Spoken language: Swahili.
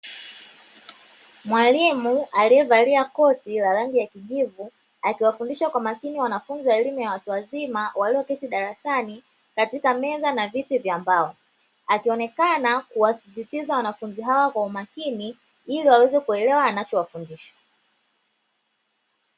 Mwalimu aliyevalia koti la rangi ya kijivu, akiwafundisha kwa makini wanafunzi wa elimu ya watu wazima, walioketi darasani katika meza na viti vya mbao. Akionekana kuwasisitiza wanafunzi hawa kwa umakini, ili waweze kuelewa anachowafundisha.